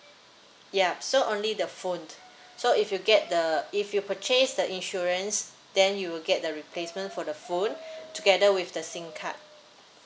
yup so only the phone so if you get the if you've purchased the insurance then you will get a replacement for the phone together with the SIM card